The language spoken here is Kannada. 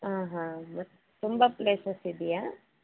ಆಂ ಹಾಂ ಮತ್ತೆ ತುಂಬ ಪ್ಲೇಸಸ್ ಇದೆಯಾ